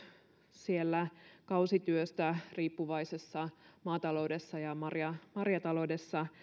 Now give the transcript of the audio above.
siellä kausityöstä riippuvaisessa maataloudessa ja marjataloudessa